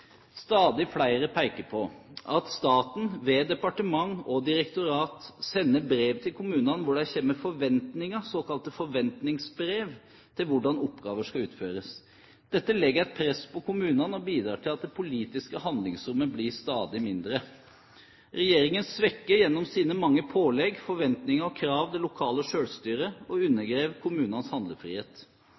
Stadig flere peker på at staten, ved departementer og direktorater, sender brev til kommunene hvor de kommer med forventninger, såkalte forventningsbrev, til hvordan oppgaver skal utføres. Dette legger et press på kommunene og bidrar til at det politiske handlingsrommet blir stadig mindre. Regjeringen svekker gjennom sine mange pålegg, forventninger og krav det lokale selvstyret og undergraver kommunenes handlefrihet.